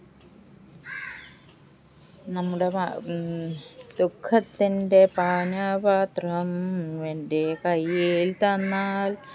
നമ്മുടെ വാ ദുഃഖത്തിന്റെ പാനപാത്രം എന്റെ കയ്യിൽത്തന്നാൽ